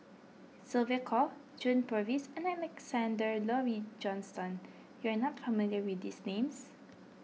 Sylvia Kho John Purvis and Alexander Laurie Johnston you are not familiar with these names